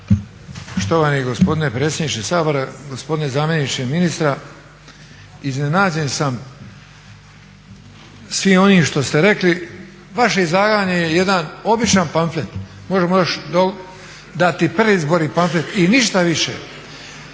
Štovani gospodine predsjedniče Sabora, gospodine zamjeniče ministra iznenađen sam svim onim što ste rekli. Vaše izlaganje je jedan običan pamflet, možemo još dati predizborni pamflet i ništa više.